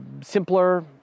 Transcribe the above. simpler